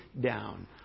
down